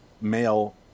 male